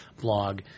blog